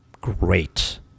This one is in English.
great